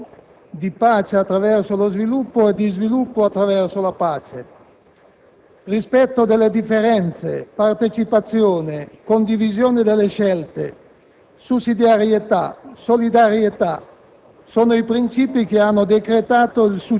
Un progetto di pace e di sviluppo, di pace attraverso lo sviluppo e di sviluppo attraverso la pace. Rispetto delle differenze, partecipazione, condivisione delle scelte, sussidiarietà, solidarietà